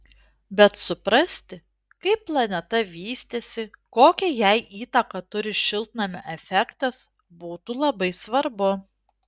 bet suprasti kaip planeta vystėsi kokią jai įtaką turi šiltnamio efektas būtų labai svarbu